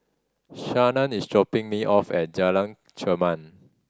Shannan is dropping me off at Jalan Chermat